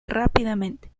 rápidamente